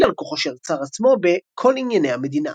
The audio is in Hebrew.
על כוחו של הצאר עצמו ב"כל ענייני המדינה".